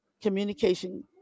communication